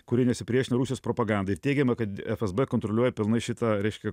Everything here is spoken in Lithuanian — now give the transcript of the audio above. kuri nesipriešina rusijos propagandai ir teigiama kad fsb kontroliuoja pilnai šitą reiškia